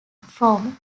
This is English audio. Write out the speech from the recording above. from